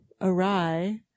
awry